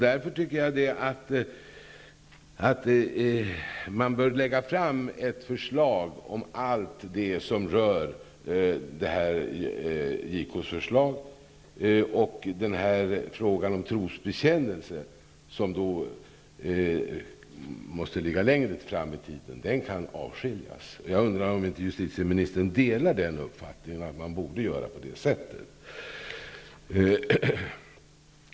Därför bör ett förslag läggas fram om allt det som rör JK:s uttalande. Frågan om trosbekännelse, som måste ligga längre fram i tiden, kan avskiljas. Jag undrar om justitieministern delar uppfattningen att man borde göra på det sättet.